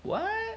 what